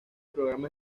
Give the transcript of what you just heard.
programa